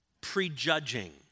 prejudging